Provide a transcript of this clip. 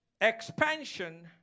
expansion